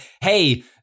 hey